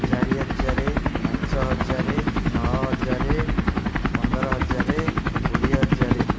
ଚାରି ହଜାର ପାଞ୍ଚ ହଜାର ନଅ ହଜାର ପନ୍ଦର ହଜାର କୋଡ଼ିଏ ହଜାର